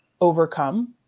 overcome